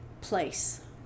place